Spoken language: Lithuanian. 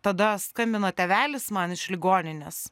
tada skambina tėvelis man iš ligoninės